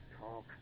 talk